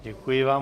Děkuji vám.